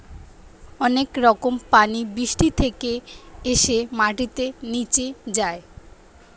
অনেক রকম পানি বৃষ্টি থেকে এসে মাটিতে নিচে যায়